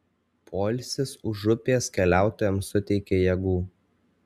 poilsis už upės keliautojams suteikė jėgų